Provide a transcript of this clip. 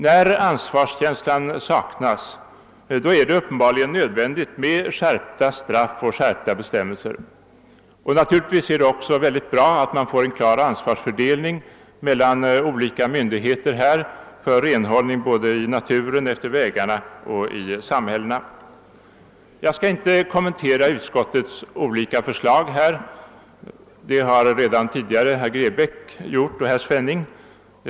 När ansvarskänslan saknas är det uppenbarligen nödvändigt att skärpa bestämmelserna och skärpa straffen, och naturligtvis är det bra att man får en klar ansvarsfördelning mellan olika myndigheter för renhållningen i naturen, efter vägarna och i samhällena. Jag skall inte kommentera utskottets olika förslag — det har herr Grebäck och herr Svenning redan gjort.